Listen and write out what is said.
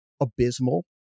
abysmal